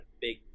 big